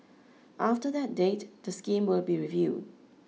after that date the scheme will be reviewed